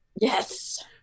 Yes